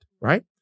right